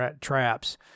traps